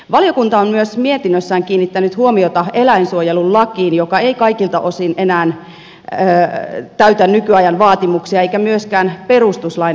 valiokunta on mietinnössään kiinnittänyt huomiota myös eläinsuojelulakiin joka ei kaikilta osin enää täytä nykyajan vaatimuksia eikä myöskään perustuslain vaatimuksia